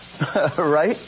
Right